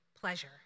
pleasure